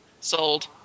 Sold